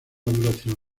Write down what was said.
duración